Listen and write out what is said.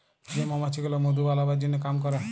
যে মমাছি গুলা মধু বালাবার জনহ কাম ক্যরে